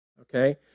okay